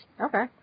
Okay